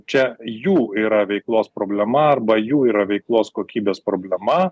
čia jų yra veiklos problema arba jų yra veiklos kokybės problema